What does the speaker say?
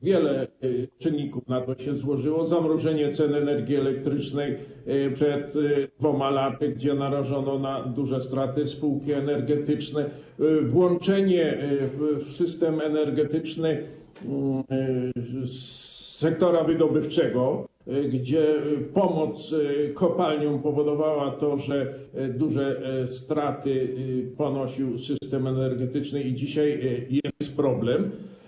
Wiele czynników na to się złożyło - zamrożenie cen energii elektrycznej przed 2 laty, gdzie narażono na duże straty spółki energetyczne, włączenie w system energetyczny sektora wydobywczego, gdzie pomoc kopalniom powodowała to, że duże straty ponosił system energetyczny, i dzisiaj jest problem.